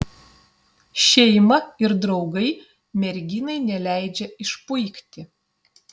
šeima ir draugai merginai neleidžia išpuikti